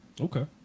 Okay